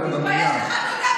חברת הכנסת טלי גוטליב,